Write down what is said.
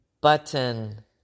button